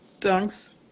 Thanks